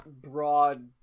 broad